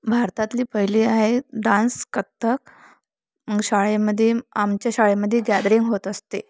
भारतातली पहिली आहे डान्स कथ्थक शाळेमध्ये आमच्या शाळेमध्ये गॅदरिंग होत असते